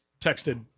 texted